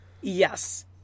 Yes